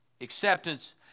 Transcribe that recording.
Acceptance